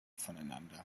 voneinander